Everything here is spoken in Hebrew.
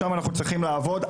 שם אנחנו צריכים לעבוד.